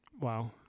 wow